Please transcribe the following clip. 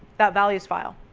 that value file.